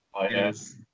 yes